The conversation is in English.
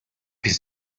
his